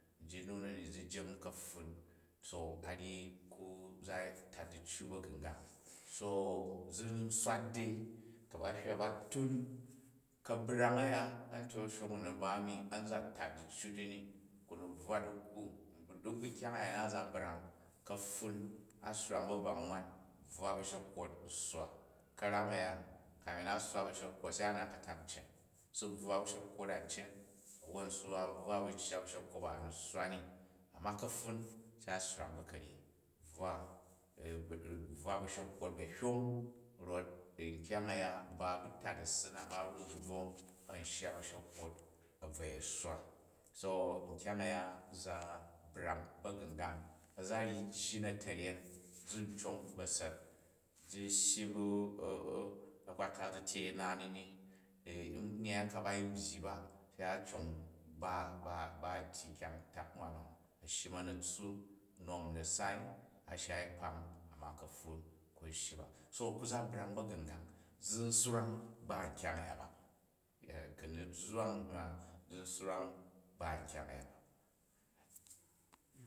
Njit nu nini zi jem ka̱ptun. So a ryi ku za tat diccu ba̱gu̱nyang. So hi m swat dei, ku ba hywa, ba tun ka̱brang aya antyak a̱shong u na̱ ba mi, an za tat diccu zi ni ku ni bvwa dikku, duk ba nkyang aya nna a̱za brang, ka̱pfun a swrang ba a̱gbang awan, u bvwa ba̱shekwat u̱ sswa. Karum a̱ya, kanu a dswa ba̱shekwot sa a nat ka̱tak neen u̱ si bvwa ba̱shevuvot a̱n cen wwan u si bvwa ba n shya bashekwot ba ani swa ni, amma ka̱ ptun se a sswa bu kanyi, u bvwa bashekwot bahyom vot ukyang a̱ya ba bu tat assi na ba bu vji bvwong a̱n shya bashevnoot a̱ bvoi a̱ sswa. So nkyang a̱ya za brong ba̱ga̱ngang aca iyi jyi na̱ta̱ryen zi n cong ba̱sa̱t, zi shyi ba a̱kpa̱tak zi tyei na nini, unggai ku ba yin byyi ba, se a cong ba-ba-ba tyyi kingang u tak nwan ashyim a̱ na̱ tssup, nom na̱ sai, a shai kpa̱ng a̱nma ka̱pfun ku u shyi ba so ku za brang ba̱gu̱ngang zi n swrang ba kyang a̱ya ba. Ku̱ n ni zhwang n hywa, zi n swray ba kyang aya ba.